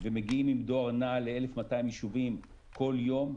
ומגיעים עם דואר נע ל-1,200 יישובים כל יום,